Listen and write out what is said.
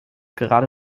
gerade